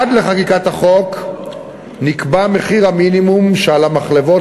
עד לחקיקת החוק נקבע מחיר המינימום שעל המחלבות